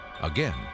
Again